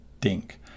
dink